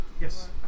Yes